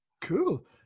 Cool